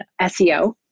SEO